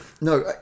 no